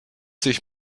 sich